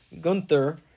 Gunther